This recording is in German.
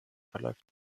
verläuft